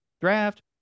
draft